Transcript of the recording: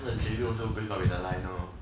then the javier also break up with the lionel